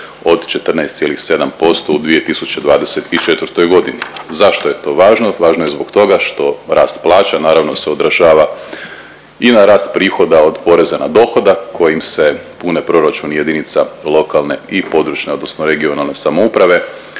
od 14,7% u 2014.g.. Zašto je to važno? Važno je zbog toga što rast plaća naravno se odražava i na rast prihoda od poreza na dohodak kojim se pune proračuni jedinica lokalne i područne odnosno regionalne samouprave,